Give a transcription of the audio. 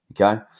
okay